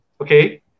okay